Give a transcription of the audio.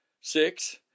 Six